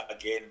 again